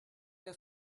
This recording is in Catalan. que